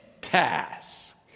task